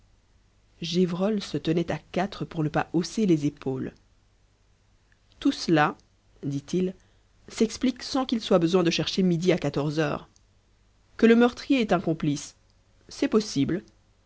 gévrol se tenait à quatre pour ne pas hausser les épaules tout cela dit-il s'explique sans qu'il soit besoin de chercher midi à quatorze heures que le meurtrier ait un complice c'est possible